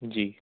جی